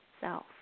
self